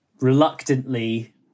Reluctantly